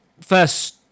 first